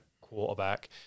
quarterback